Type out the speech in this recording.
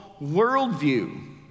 worldview